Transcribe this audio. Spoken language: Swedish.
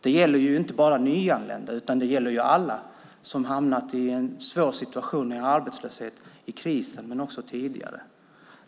Det gäller inte bara nyanlända, utan det gäller alla som hamnat i en svår situation med arbetslöshet i krisen och även tidigare.